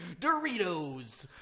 Doritos